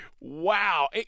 wow